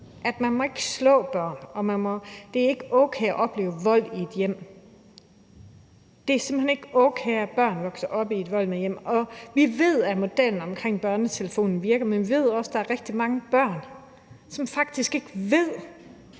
at man ikke må slå børn, og at det ikke er okay at opleve vold i et hjem. Det er simpelt hen ikke okay, at børn vokser op i et hjem med vold. Og vi ved, at modellen omkring børnetelefonen virker, men vi ved også, at der er rigtig mange børn, som faktisk ikke ved,